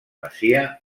masia